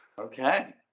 Okay